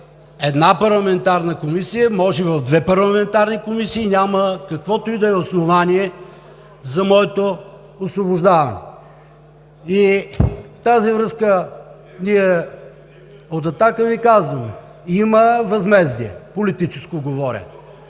една парламентарна комисия, може в две парламентарни комисии. Няма каквото и да е основание за моето освобождаване. В тази връзка ние от „Атака“ Ви казваме: „Има възмездие“ – политическо говоря,